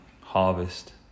Harvest